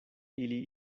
ili